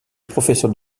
professeur